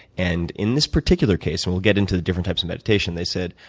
and, in this particular case and we'll get into the different types of meditation they said,